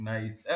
Nice